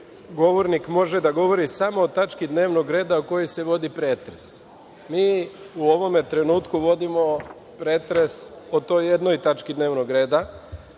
„Govornik može da govori samo o tački dnevnog reda o kojoj se vodi pretres“. Mi u ovome trenutku vodimo pretres o toj jednoj tački dnevnog reda